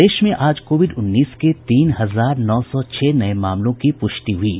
प्रदेश में आज कोविड उन्नीस के तीन हजार नौ सौ छह नये मामलों की पूष्टि हुई है